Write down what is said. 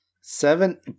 Seven